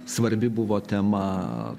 svarbi buvo tema